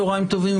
צוהריים טובים.